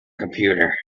computer